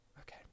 Okay